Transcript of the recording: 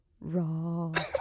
Raw